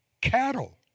cattle